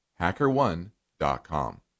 HackerOne.com